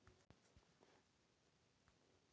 मधुमक्खी पालन को एपीकल्चर कहते है